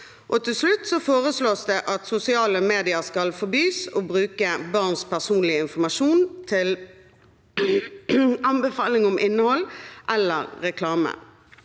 Til slutt foreslås det at sosiale medier skal forbys å bruke barns personlige informasjon til anbefaling om innhold eller reklame.